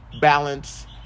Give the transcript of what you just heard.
balance